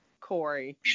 Corey